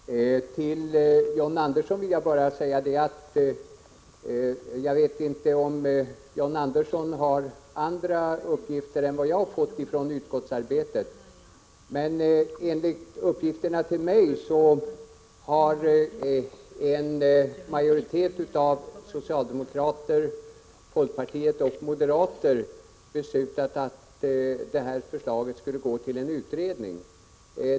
Herr talman! Till John Andersson vill jag bara säga att jag inte vet om han har andra uppgifter än dem jag fått från utskottsarbetet. Enligt uppgifter till mig har en majoritet av socialdemokrater, folkpartister och moderater beslutat att förslaget skulle gå till en utredning.